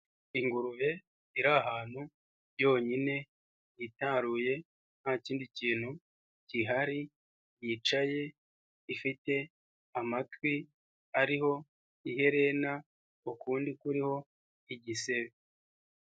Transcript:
Ingurube iri ahantu yonyine hitaruye nta kindi kintu gihari, yicaye ifite amatwi ariho iherena ukundi kuriho igisebe.